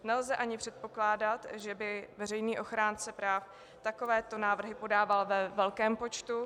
Nelze ani předpokládat, že by veřejný ochránce práv takovéto návrhy podával ve velkém počtu.